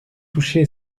touché